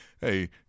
Hey